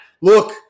look